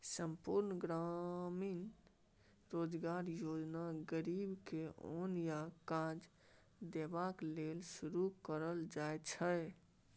संपुर्ण ग्रामीण रोजगार योजना गरीब के ओन आ काज देबाक लेल शुरू कएल गेल छै